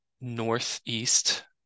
northeast